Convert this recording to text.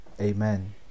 amen